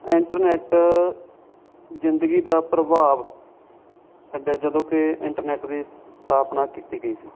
internet ਜ਼ਿੰਦਗੀ ਦਾ ਪ੍ਰਭਾਵ ਸਾਡਾ ਜਦੋਂ ਕਿ ਇੰਟਰਨੈੱਟ ਦੀ ਸਥਾਪਨਾ ਕੀਤੀ ਗਈ ਸੀ